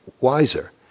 wiser